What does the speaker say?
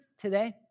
today